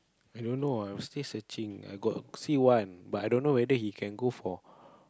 i don't know ah I still searching I got see one but i don't know whether he can go for